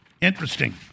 interesting